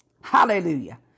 Hallelujah